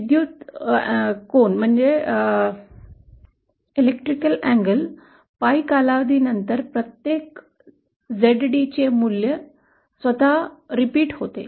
विद्युत कोनात 𝜫 कालावधीनंतर प्रत्येक Zd चे हे मूल्य स्वतःच पुनरावृत्त होते